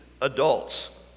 adults